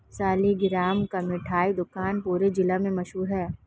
सालिगराम का मिठाई दुकान पूरे जिला में मशहूर है